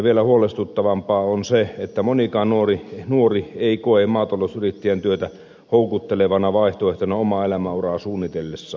vielä huolestuttavampaa on se että monikaan nuori ei koe maatalousyrittäjän työtä houkuttelevana vaihtoehtona omaa elämänuraa suunnitellessaan